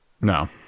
No